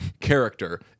character